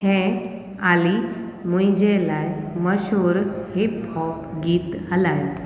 है अली मुंहिंजे लाइ मशहूरु हिप हॉप गीत हलायो